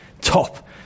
Top